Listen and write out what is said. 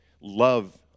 love